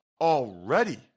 already